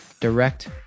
direct